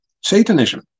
Satanism